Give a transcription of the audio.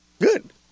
Good